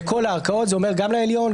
זה אומר גם לעליון,